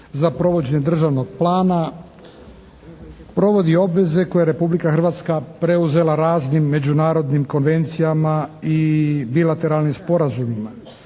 za provođenje državnog plana, provodi obveze koje je Republika Hrvatska preuzela raznim međunarodnim konvencijama i bilateralnim sporazumima.